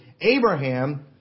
Abraham